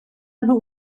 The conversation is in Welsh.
nhw